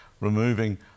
removing